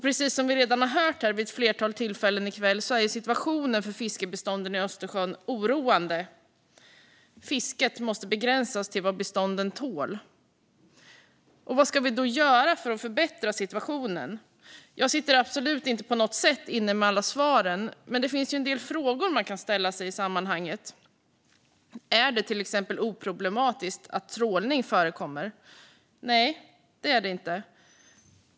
Precis som vi redan hört vid ett flertal tillfällen här i kväll är situationen för fiskbestånden i Östersjön oroande. Fisket måste begränsas till vad bestånden tål. Vad ska vi då göra för att förbättra situationen? Jag sitter absolut inte på något sätt inne med alla svaren, men det finns en del frågor man kan ställa sig i sammanhanget. Är det till exempel oproblematiskt att trålning förekommer? Nej, det är det inte.